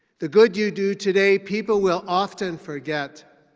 the good you do today, people will often forget.